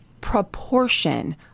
proportion